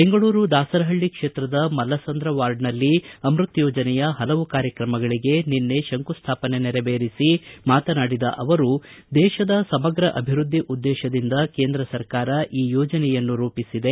ಬೆಂಗಳೂರು ದಾಸರಹಳ್ಳಿ ಕ್ಷೇತ್ರದ ಮಲ್ಲಸಂದ್ರ ವಾರ್ಡ್ನಲ್ಲಿ ಅಮೃತ್ ಯೋಜನೆಯ ಹಲವು ಕಾರ್ಯಕ್ರಮಗಳಿಗೆ ನಿನ್ನೆ ಶಂಕು ಸ್ವಾಪನೆ ನೆರವೇರಿಸಿ ಮಾತನಾಡಿದ ಅವರು ದೇಶದ ಸಮಗ್ರ ಅಭಿವೃದ್ಧಿ ಉದ್ದೇಶದಿಂದ ಕೇಂದ್ರ ಸರ್ಕಾರ ಈ ಯೋಜನೆಯನ್ನು ರೂಪಿಸಿದೆ